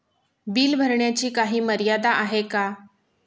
Bill भरण्याची काही मर्यादा आहे का?